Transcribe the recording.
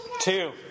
Two